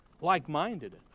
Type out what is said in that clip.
like-minded